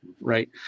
right